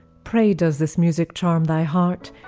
pray does this music charm thy heart?